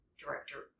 director